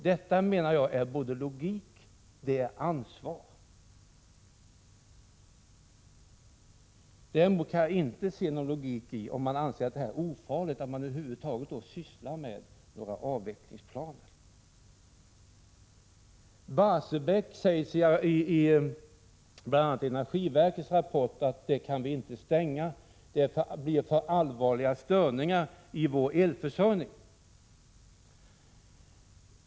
Detta menar jag är uttryck för både logik och ansvar. Däremot kan jag inte se någon logik i att man, om man anser kärnkraften vara någonting ofarligt, över huvud taget sysslar med avvecklingsplaner. Det sägs i bl.a. energiverkets rapport att Barsebäck inte kan stängas, för då blir det allvarliga störningar i vår elförsörjning.